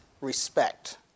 respect